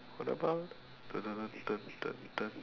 what about